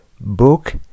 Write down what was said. Book